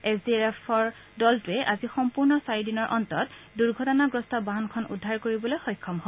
S D R এফৰ দলটোৱে আজি সম্পূৰ্ণ চাৰি দিনৰ অন্তত দুৰ্ঘটনাগ্ৰস্ত বাহনখন উদ্ধাৰ কৰিবলৈ সক্ষম হয়